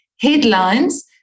headlines